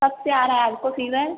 कब से आ रहा है आपको फ़ीवर